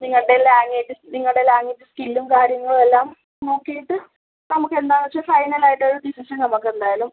നിങ്ങളുടെ ലാങേജ് നിങ്ങളുടെ ലാംഗ്വേജ് സ്കില്ലും കാര്യങ്ങളും എല്ലാം നോക്കിയിട്ട് നമുക്ക് എന്താണെന്ന് വച്ചാൽ ഫൈനലായിട്ട് ഒരു ഡിസിഷൻ നമുക്ക് എന്തായാലും